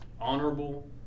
Honorable